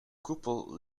koepel